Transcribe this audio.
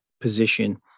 position